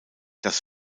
das